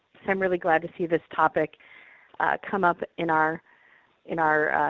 i'm really glad to see this topic come up in our in our